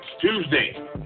Tuesday